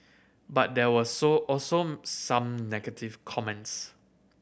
but there were so also some negative comments